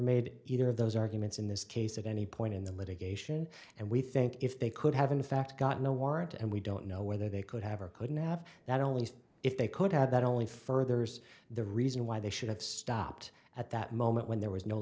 made either of those arguments in this case at any point in the litigation and we think if they could have in fact got no warrant and we don't know whether they could have or couldn't have that only if they could have that only furthers the reason why they should have stopped at that moment when there was no